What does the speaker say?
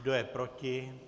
Kdo je proti?